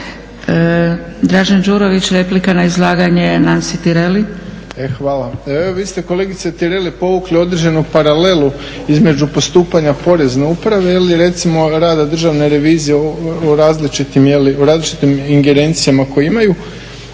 Dražen Đurović replika na izlaganje Nansi Tireli. **Đurović, Dražen (HDSSB)** Hvala. Evo vi ste kolegice Tireli povukli određenu paralelu između postupanja porezne uprave ili recimo rada državne revizije o različitim ingerencijama koje imaju.